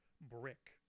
Brick